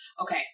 Okay